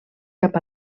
cap